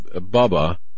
baba